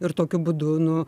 ir tokiu būdu nu